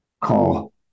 call